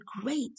great